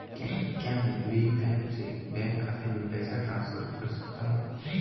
क्या मैं भीम ऐप से बैंक खाते में पैसे ट्रांसफर कर सकता हूँ?